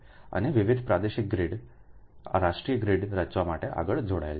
અને વિવિધ પ્રાદેશિક ગ્રીડ રાષ્ટ્રીય ગ્રીડ રચવા માટે આગળ જોડાયેલા છે